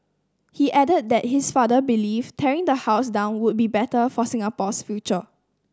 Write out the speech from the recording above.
he added that his father believed tearing the house down would be better for Singapore's future